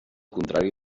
contrari